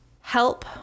help